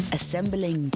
Assembling